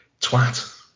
Twat